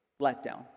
letdown